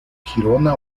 girona